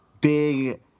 big